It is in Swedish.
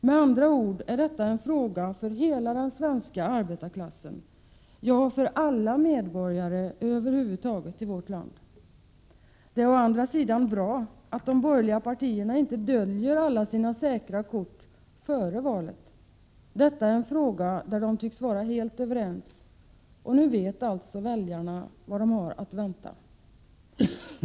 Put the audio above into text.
Detta är därför en fråga för hela den svenska arbetarklassen — ja, för alla medborgare över huvud taget i vårt land. Det är å andra sidan bra att de borgerliga partierna inte döljer alla sina kort före valet. Detta är en fråga där de tycks vara helt överens, — och nu vet väljarna vad de har att vänta.